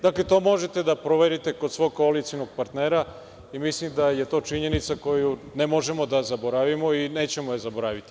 Dakle, to možete da proverite kod svog koalicionog partnera i mislim da je to činjenica koju ne možemo da zaboravimo i nećemo je zaboraviti.